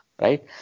right